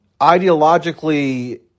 ideologically